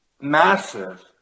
massive